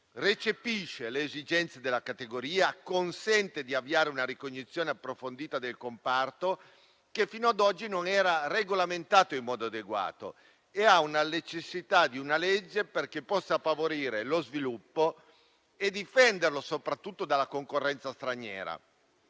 recepisce le esigenze della categoria, consente di avviare una ricognizione approfondita del comparto, che fino ad oggi non era regolamentato in modo adeguato e che ha necessità di una legge che possa favorire lo sviluppo e difenderlo soprattutto dalla concorrenza straniera,